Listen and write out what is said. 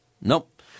Nope